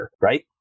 right